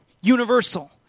Universal